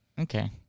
Okay